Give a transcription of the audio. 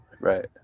Right